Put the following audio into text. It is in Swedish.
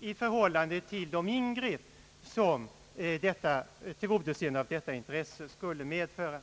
i förhållande till de ingrepp som tillgodoseendet av detta intresse skulle medföra.